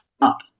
up